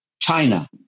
China